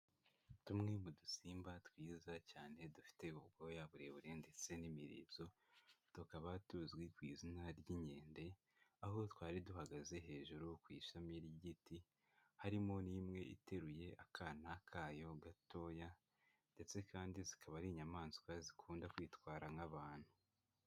Tumwe mu dusimba twiza cyane dufite ubwoya burebure ndetse n'imirizo, tukaba tuzwi ku izina ry'inkende, aho twari duhagaze hejuru ku ishami ry'igiti, harimo n'imwe iteruye akana kayo gatoya ndetse kandi zikaba ari inyamaswa zikunda kwitwara nk'abantu.